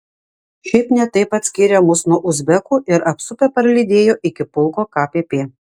šiaip ne taip atskyrė mus nuo uzbekų ir apsupę parlydėjo iki pulko kpp